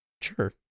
Sure